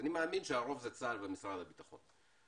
אני מאמין שהרוב שזה צה"ל ומשרד הביטחון.